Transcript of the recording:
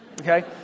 Okay